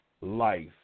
life